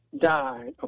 died